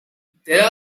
there